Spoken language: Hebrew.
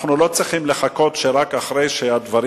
אנחנו לא צריכים לחכות ורק אחרי שהדברים